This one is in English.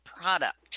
product